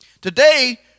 Today